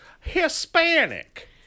Hispanic